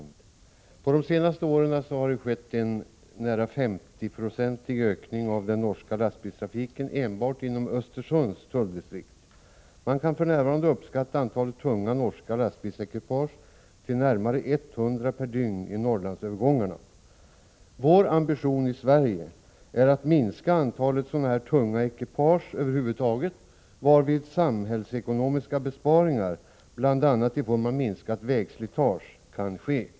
De senaste åren har det skett en nära 50-procentig ökning av den norska lastbilstrafiken enbart inom Östersunds tulldistrikt. Man kan för närvarande uppskatta antalet tunga norska lastbilsekipage till närmare 100 per dygn i Norrlandsövergångarna. Vår ambition i Sverige är att minska antalet sådana tunga ekipage över huvud taget, varvid samhällsekonomiska besparingar bl.a. i form av minskat vägslitage kan ske.